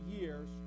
years